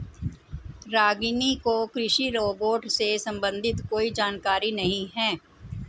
रागिनी को कृषि रोबोट से संबंधित कोई जानकारी नहीं है